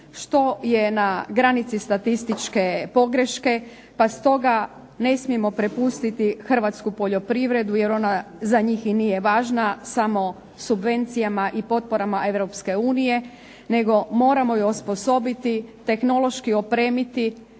što je na granici statističke pogreške, pa stoga ne smijemo prepustiti hrvatsku poljoprivredu, jer ona za njih i nije važna, samo subvencijama i potporama Europske unije, nego moramo ju osposobiti, tehnološki opremiti,